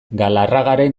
galarragaren